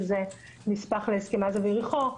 שזה נספח להסכם עזה ויריחו.